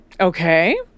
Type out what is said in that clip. Okay